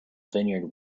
vineyard